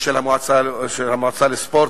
של המועצה לספורט